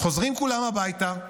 שחוזרים כולם הביתה,